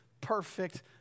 perfect